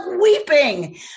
Weeping